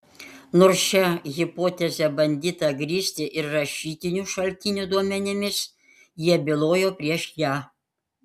nors šią hipotezę bandyta grįsti ir rašytinių šaltinių duomenimis jie byloja prieš ją